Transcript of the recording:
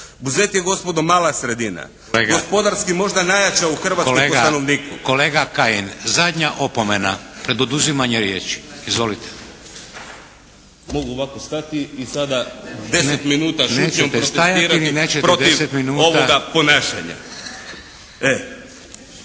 Buzet je gospodo mala sredina, gospodarski možda najjača po stanovniku. **Šeks, Vladimir (HDZ)** Kolega Kajin, zadnja opomena pred oduzimanje riječi. Izvolite. **Kajin, Damir (IDS)** Mogu ovako stati i sada deset minuta šutnjom protestirati protiv ovoga ponašanja.